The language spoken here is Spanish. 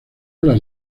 las